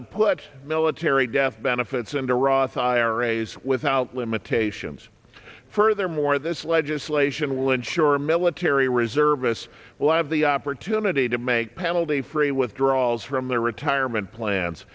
to put military death benefits and to ross iras without limitations furthermore this legislation will ensure military reservists will have the opportunity to make penalty free withdrawals from their retirement plans